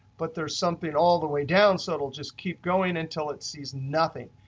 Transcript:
but there's something all the way down so it'll just keep going until it sees nothing.